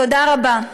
תודה רבה.